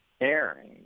airing